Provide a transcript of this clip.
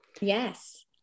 Yes